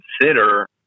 consider